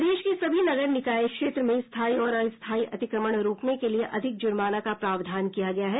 प्रदेश के सभी नगर निकाय क्षेत्र में स्थायी और अस्थायी अतिक्रमण रोकने के लिए अधिक जुर्माना का प्रावधान किया गया है